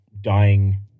dying